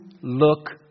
look